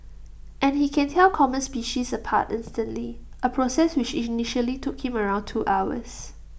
and he can tell common species apart instantly A process which initially took him around two hours